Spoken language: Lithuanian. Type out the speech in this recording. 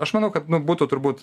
tai aš manau kad nu būtų turbūt